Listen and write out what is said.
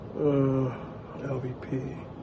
LVP